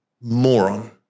moron